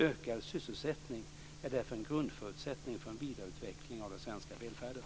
Ökad sysselsättning är därför en grundförutsättning för en vidareutveckling av den svenska välfärden.